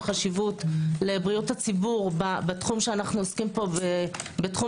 חשיבות לבריאות הציבור בתחום התמרוקים,